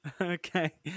Okay